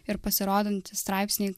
ir pasirodantys straipsniai